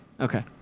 Okay